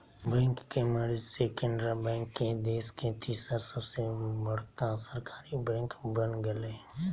bank के merge से Canara bank देश के तीसर सबसे बड़का सरकारी बैंक बन गेलय